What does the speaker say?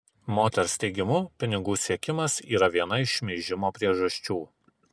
moters teigimu pinigų siekimas yra viena iš šmeižimo priežasčių